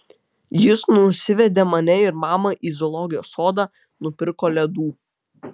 jis nusivedė mane ir mamą į zoologijos sodą nupirko ledų